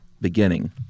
beginning